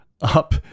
up